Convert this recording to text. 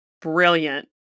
brilliant